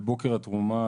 בבוקר התרומה,